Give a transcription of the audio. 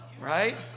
right